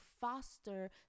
foster